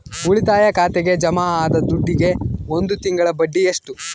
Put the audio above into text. ಉಳಿತಾಯ ಖಾತೆಗೆ ಜಮಾ ಆದ ದುಡ್ಡಿಗೆ ಒಂದು ತಿಂಗಳ ಬಡ್ಡಿ ಎಷ್ಟು?